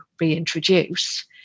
reintroduce